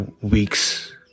weeks